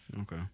okay